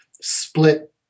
split